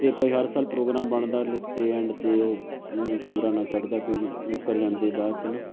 ਅਤੇ ਭਾਈ ਹਰ ਸਾਲ ਪ੍ਰੋਗਰਾਮ ਬਣਦਾ ਲਿਤ 'ਤੇ ਐਂਡ 'ਤੇ ਉਹ ਪੂਰਾ ਨਾ ਚੜ੍ਹਦਾ ਕੋਈ ਮੁੱਕਰ ਜਾਂਦੇ ਬਾਅਦ 'ਚ ਨਾ